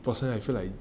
personally I feel